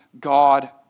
God